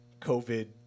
COVID